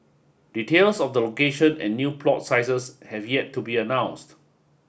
details of the location and new plot sizes have yet to be announced